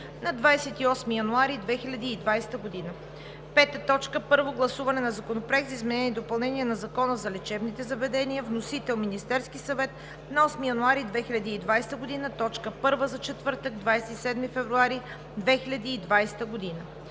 на 28 януари 2020 г. 5. Първо гласуване на Законопроекта за изменение и допълнение на Закона за лечебните заведения. Вносител е Министерският съвет на 8 януари 2020 г. – точка първа за четвъртък, 27 февруари 2020 г.